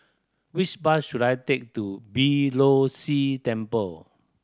which bus should I take to Beeh Low See Temple